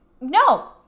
no